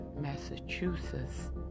Massachusetts